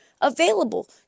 available